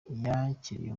yakiriye